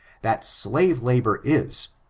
that slave labor is,